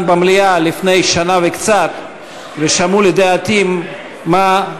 במליאה לפני שנה וקצת והיו שומעים מה לדעתי